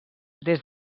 des